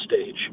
stage